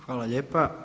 Hvala lijepa.